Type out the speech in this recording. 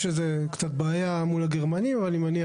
יש קצת בעיה מול הגרמנים אבל אני מניח